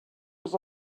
was